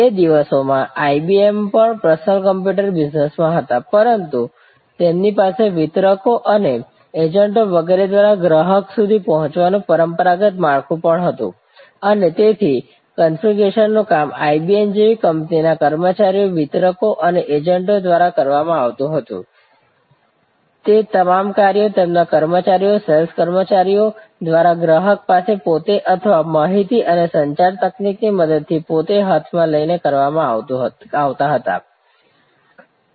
તે દિવસોમાં IBM પણ પર્સનલ કોમ્પ્યુટર બિઝનેસમાં હતા પરંતુ તેમની પાસે વિતરકો અને એજન્ટો વગેરે દ્વારા ગ્રાહક સુધી પહોંચવાનું પરંપરાગત માળખું પણ હતું અને તેથી કન્ફિગરેશનનું કામ IBM જેવી કંપનીઓના કર્મચારીઓ વિતરકો અને એજન્ટો દ્વારા કરવામાં આવતું હતું તે તમામ કાર્યો તેમના કર્મચારીઓ સેલ્સ કર્મચારીઓ દ્વારા ગ્રાહક પાસે પોતે અથવા માહિતી અને સંચાર તકનીકની મદદથી પોતે હાથમાં લઈને કરવા માં આવતું હતું